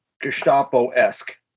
Gestapo-esque